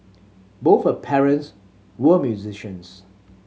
both her parents were musicians